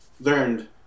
learned